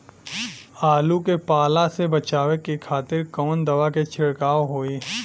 आलू के पाला से बचावे के खातिर कवन दवा के छिड़काव होई?